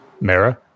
Mara